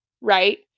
right